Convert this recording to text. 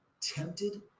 tempted